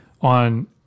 on